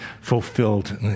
fulfilled